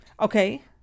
Okay